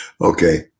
okay